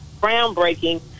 groundbreaking